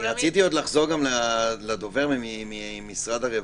רציתי לחזור לדובר ממשרד הרווחה.